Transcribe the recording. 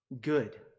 good